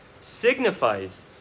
signifies